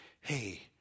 Hey